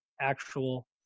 actual